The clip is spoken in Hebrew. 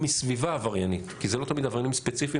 ומסביבה עבריינית כי זה לא תמיד עבריינים ספציפיים,